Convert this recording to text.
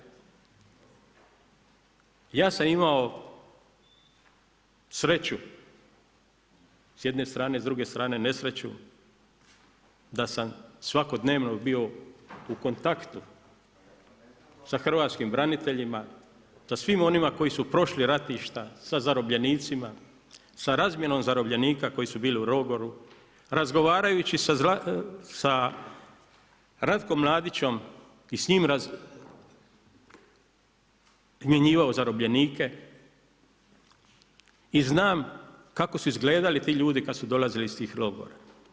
Ja sam imao sreću s jedne strane, s druge strane nesreću da sam svakodnevno bio u kontaktu sa hrvatskim braniteljima sa svim onima koji su prošli ratišta, sa zarobljenicima, sa razmjenom zarobljenika koji su bili u logoru, razgovarajući sa Ratkom Mladićem i s njim razmjenjivao zarobljenike i znam kako su izgledali ti ljudi kada su dolazili iz tih logora.